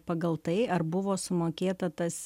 pagal tai ar buvo sumokėta tas